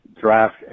Draft